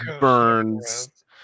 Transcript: Burn's